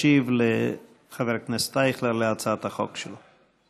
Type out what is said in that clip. ישיב לחבר הכנסת אייכלר להצעת החוק שלו.